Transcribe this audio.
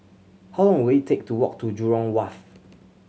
how long will it take to walk to Jurong Wharf